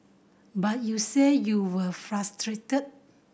but you said you were frustrated